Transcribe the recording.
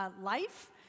life